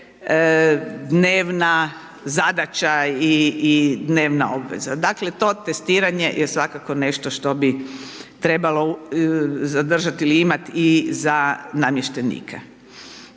dnevna zadaća i dnevna obveza. Dakle, to testiranje je svakako nešto što bi trebalo zadržati ili imati i za namještenike.